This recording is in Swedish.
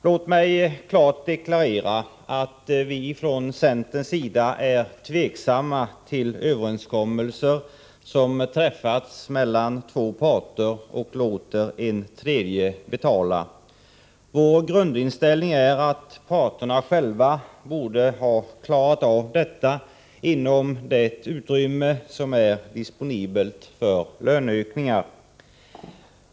Låt mig klart deklarera att vi från centerns sida är tveksamma till överenskommelser som träffas mellan två parter och låter en tredje betala. Vår grundinställning är att parterna själva borde ha klarat av detta inom det utrymme som är disponibelt för löneökningar.